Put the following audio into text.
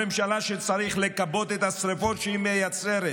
הממשלה שצריך לכבות את השרפות שהיא מייצרת,